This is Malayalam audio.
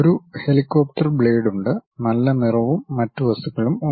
ഒരു ഹെലികോപ്റ്റർ ബ്ലേഡ് ഉണ്ട് നല്ല നിറവും മറ്റ് വസ്തുക്കളും ഉണ്ട്